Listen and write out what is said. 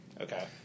Okay